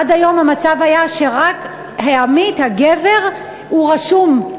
עד היום המצב היה שרק העמית הגבר רשום.